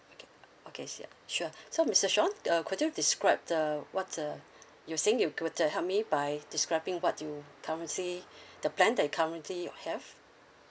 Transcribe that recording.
okay sure sure so mister sean could you describe the what the you're saying you were to help me by describing what you currently the plan that currently you have